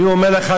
אני אומר לך,